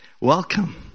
Welcome